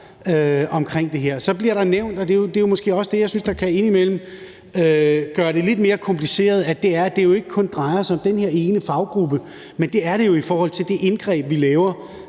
vi håndterer her. Så bliver der nævnt, og det er jo måske også det, jeg synes indimellem kan gøre det lidt mere kompliceret, at det jo ikke kun drejer sig om den her ene faggruppe. Men det gør det jo i forhold til det indgreb, vi laver,